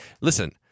Listen